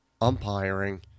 umpiring